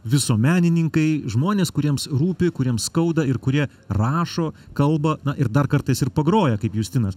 visuomenininkai žmonės kuriems rūpi kuriems skauda ir kurie rašo kalba na ir dar kartais ir pagroja kaip justinas